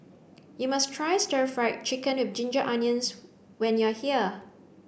you must try stir fried chicken of ginger onions when you are here